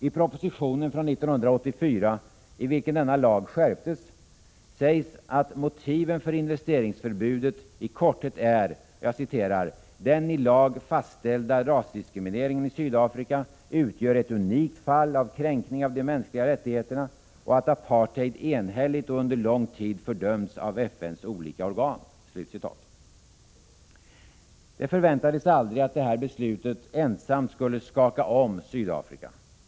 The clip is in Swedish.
I propositionen från 1984, i vilken denna lag skärptes, sägs att motiven för investeringsförbudet i korthet är att ”den i lag fastställda rasdiskrimineringen i Sydafrika utgör ett unikt fall av kränkning av de mänskliga rättigheterna och att apartheid enhälligt och under lång tid fördömts av FN:s olika organ”. Det förväntades aldrig att detta beslut ensamt skulle skaka om Sydafrika.